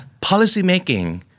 Policymaking